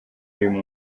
y’uyu